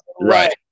Right